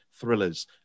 thrillers